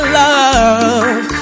love